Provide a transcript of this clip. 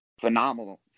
phenomenal